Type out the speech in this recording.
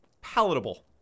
palatable